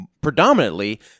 predominantly